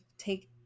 take